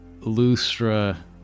Lustra